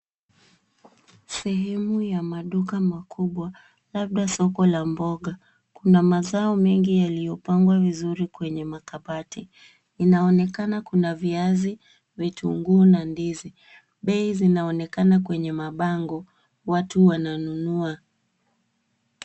Sehemu ya maduka makubwa, labda soko la mboga. Kuna mazao mengi yaliyopangwa vizuri kwenye makabati. Inaonekana kuna viazi, vitunguu na ndizi. Bei zinaonekana kwenye mabango. Watu wananunua.